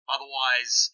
Otherwise